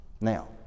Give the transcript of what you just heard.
Now